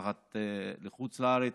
משלחת לחוץ לארץ,